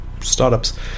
startups